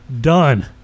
Done